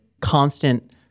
constant